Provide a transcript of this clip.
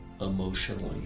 emotionally